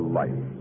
life